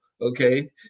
okay